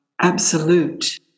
absolute